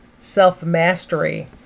self-mastery